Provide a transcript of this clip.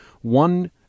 one